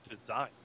design